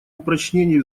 упрочении